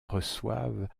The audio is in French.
reçoivent